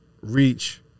reach